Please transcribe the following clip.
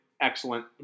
excellent